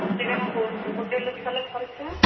সেখানে হোটেলের তা হলে খরচা